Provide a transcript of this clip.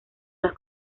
las